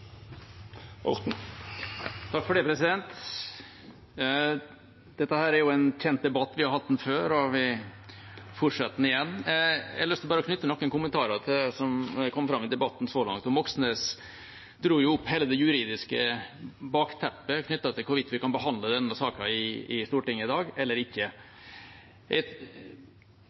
Dette er en kjent debatt. Vi har hatt den før, og vi fortsetter den igjen. Jeg har bare lyst til å knytte noen kommentarer til det som er kommet fram i debatten så langt. Moxnes dro jo opp hele det juridiske bakteppet knyttet til hvorvidt vi kan behandle denne saken i Stortinget i dag eller ikke.